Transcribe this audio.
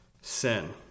sin